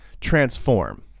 transform